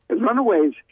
runaways